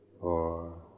four